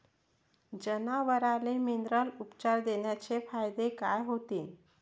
जनावराले मिनरल उपचार देण्याचे फायदे काय होतीन?